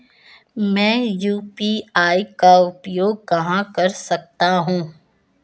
मैं यू.पी.आई का उपयोग कहां कर सकता हूं?